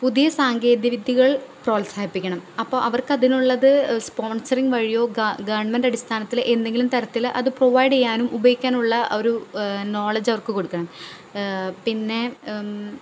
പുതിയ സാങ്കേതിക വിദ്യകൾ പ്രോത്സാഹിപ്പിക്കണം അപ്പോൾ അവർക്ക് അതിനുള്ളത് സ്പോൺസറിങ് വഴിയോ ഗ ഗവണ്മെൻറ്റ് അടിസ്ഥാനത്തിൽ എന്തെങ്കിലും തരത്തിൽ അത് പ്രൊവൈഡ് ചെയ്യാനും ഉപയോഗിക്കാനുമുള്ള ആ ഒരൂ നോളജ് അവർക്ക് കൊടുക്കണം പിന്നെ